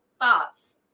thoughts